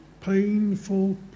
painful